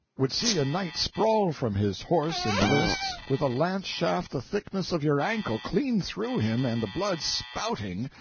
would see a knight sprawl from his horse in the lists with a lanceshaft the thickness of your ankle clean through him and the blood spouting,